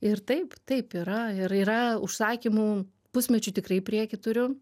ir taip taip yra ir yra užsakymų pusmečiui tikrai į priekį turiu